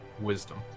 Wisdom